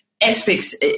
aspects